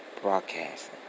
Broadcasting